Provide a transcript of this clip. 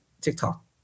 TikTok